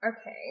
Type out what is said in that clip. okay